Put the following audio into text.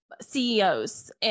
CEOs